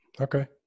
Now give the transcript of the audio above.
Okay